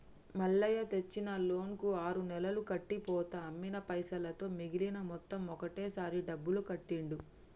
మల్లయ్య తెచ్చిన లోన్ కు ఆరు నెలలు కట్టి పోతా అమ్మిన పైసలతో మిగిలిన మొత్తం ఒకటే సారి డబ్బులు కట్టిండు